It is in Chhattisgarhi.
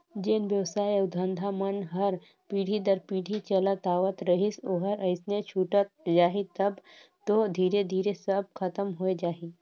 जेन बेवसाय अउ धंधा मन हर पीढ़ी दर पीढ़ी चलत आवत रहिस ओहर अइसने छूटत जाही तब तो धीरे धीरे सब खतम होए जाही